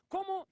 Como